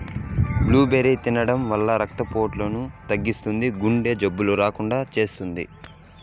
blueberry తినడం వల్ల రక్త పోటును తగ్గిస్తుంది, గుండె జబ్బులు రాకుండా చేస్తాది